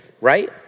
right